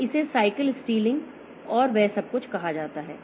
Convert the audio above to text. तो इसे cycle stealing और वह सब कुछ कहा जाता है